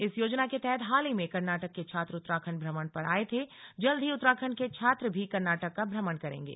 इस योजना के तहत हाल ही में कर्नाटक के छात्र उत्तराखंड भ्रमण पर आये थे जल्द ही उत्तराखंड के छात्र भी कर्नाटक का भ्रमण करेंगे